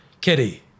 Kitty